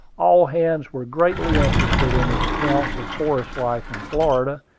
all hands were greatly interested in his accounts of forest life in florida,